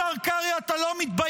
השר קרעי, אתה לא מתבייש?